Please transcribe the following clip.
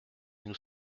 nous